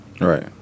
Right